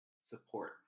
support